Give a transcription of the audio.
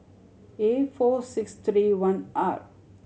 A four six three one R